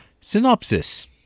synopsis